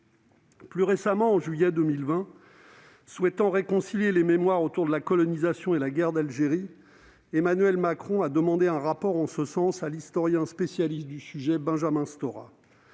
Plus récemment, en juillet 2020, souhaitant « réconcilier les mémoires autour de la colonisation et la guerre en Algérie », Emmanuel Macron demandait un rapport en ce sens à l'un des historiens spécialistes du sujet, Benjamin Stora.